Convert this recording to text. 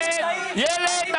ילד,